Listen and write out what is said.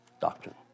doctrine